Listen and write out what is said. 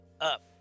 up